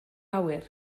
awyr